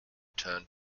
turned